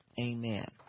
Amen